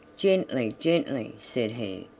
gently, gently, said he,